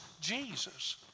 Jesus